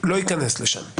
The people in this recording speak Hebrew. לא ייכנס לשם.